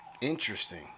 Interesting